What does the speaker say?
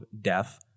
death